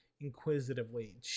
inquisitively